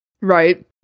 Right